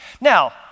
Now